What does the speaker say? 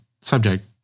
subject